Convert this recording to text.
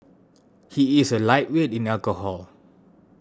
he is a lightweight in alcohol